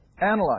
Analyze